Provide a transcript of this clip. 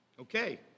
Okay